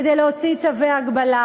כדי להוציא צווי הגבלה.